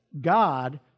God